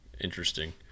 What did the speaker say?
Interesting